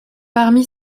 parmi